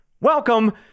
Welcome